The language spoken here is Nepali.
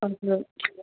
हजुर